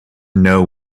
know